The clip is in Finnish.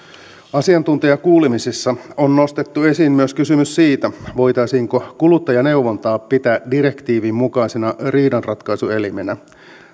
asiantuntijakuulemisessa on nostettu esiin myös kysymys siitä voitaisiinko kuluttajaneuvontaa pitää direktiivin mukaisena riidanratkaisuelimenä